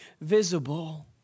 visible